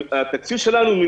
התקציב שלנו הוא 1.8